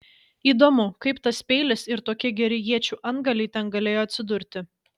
įdomu kaip tas peilis ir tokie geri iečių antgaliai ten galėjo atsidurti